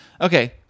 Okay